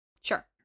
Sure